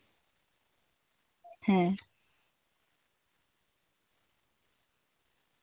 ᱦᱮᱸ